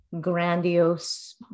grandiose